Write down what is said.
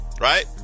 right